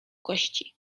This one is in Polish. kości